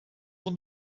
van